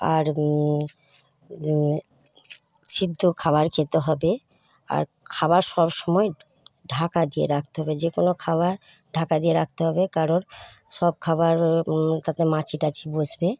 আর সিদ্ধ খাবার খেতে হবে আর খাবার সবসময় ঢাকা দিয়ে রাখতে হবে যে কোনো খাবার ঢাকা দিয়ে রাখতে হবে কারণ সব খাবার তাতে মাছি টাছি বসবে